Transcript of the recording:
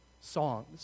songs